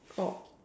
ought